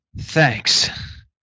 Thanks